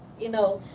you know,